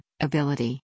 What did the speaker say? Ability